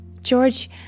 George